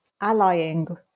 allying